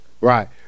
right